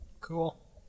Cool